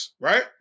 right